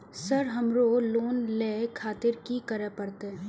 Sir हमरो loan ले खातिर की करें परतें?